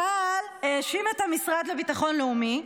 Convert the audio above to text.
צה"ל האשים את המשרד לביטחון לאומי,